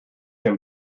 him